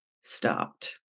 stopped